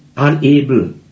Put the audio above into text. Unable